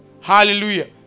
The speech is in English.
hallelujah